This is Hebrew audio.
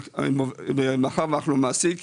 מאחר ואנחנו מעסיק,